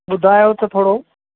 ॿुधायो त थोरो